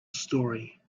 story